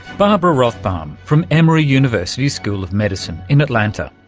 barbara rothbaum from emory university's school of medicine in atlanta,